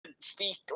speak